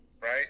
right